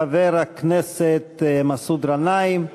חבר הכנסת מסעוד גנאים,